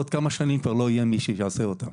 בעוד כמה שנים כבר לא יהיה מי שיעשה אותן.